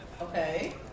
Okay